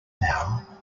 now